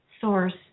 source